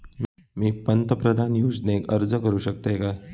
मी पंतप्रधान योजनेक अर्ज करू शकतय काय?